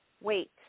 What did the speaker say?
wait